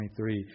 23